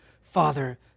Father